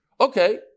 Okay